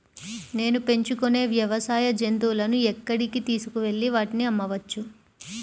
నేను పెంచుకొనే వ్యవసాయ జంతువులను ఎక్కడికి తీసుకొనివెళ్ళి వాటిని అమ్మవచ్చు?